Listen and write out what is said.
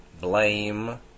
blame